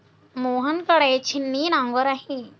मोहन कडे छिन्नी नांगर आहे